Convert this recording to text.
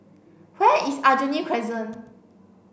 where is Aljunied Crescent